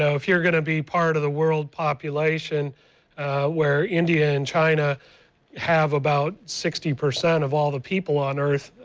ah if you're going the be part of the world population where india and china have about sixty percent of all the people on earth,